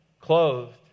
clothed